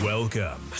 Welcome